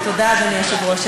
אדוני היושב-ראש,